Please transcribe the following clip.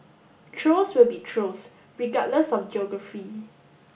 trolls will be trolls regardless of geography